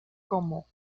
como